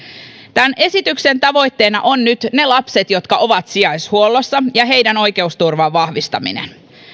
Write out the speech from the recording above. tämän esityksen kohteena ovat nyt ne lapset jotka ovat sijaishuollossa ja heidän oikeusturvansa vahvistaminen